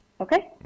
Okay